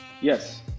Yes